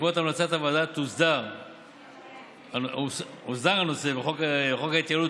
בעקבות המלצת הוועדה הוסדר הנושא בחוק ההתייעלות